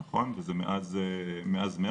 נכון, וזה מאז מרץ.